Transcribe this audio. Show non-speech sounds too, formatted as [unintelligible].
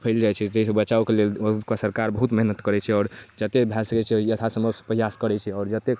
फैलि जाइ छै जाहिसँ बचावके लेल [unintelligible] सरकार बहुत मेहनति करै छै आओर जतेक भऽ सकै छै यथासम्भव प्रयास करै छै आओर जतेक